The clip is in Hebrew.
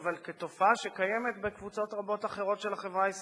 אבל כתופעה שקיימת בקבוצות רבות אחרות של החברה הישראלית.